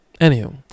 Anywho